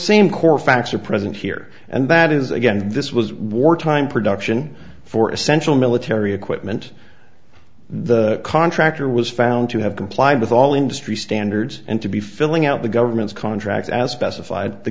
same core facts are present here and that is again this was war time production for essential military equipment the contractor was found to have complied with all industry standards and to be filling out the government's contracts as specified the